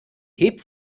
hebt